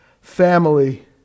family